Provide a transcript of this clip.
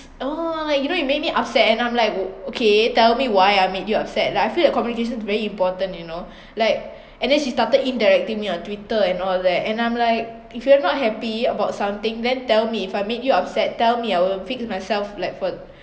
oh you know you make me upset and I'm like okay tell me why I made you upset like I feel the communication's very important you know like and then she started indirecting me on Twitter and all that and I'm like if you're not happy about something then tell me if I made you upset tell me I will fix myself like for